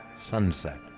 sunset